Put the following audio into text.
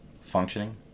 functioning